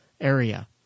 area